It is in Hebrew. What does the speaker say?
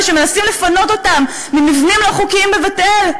שמנסים לפנות אותם ממבנים לא חוקיים בבית-אל,